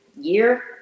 year